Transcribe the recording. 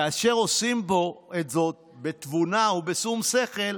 כאשר עושים זאת בתבונה ובשום שכל,